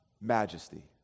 majesty